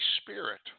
Spirit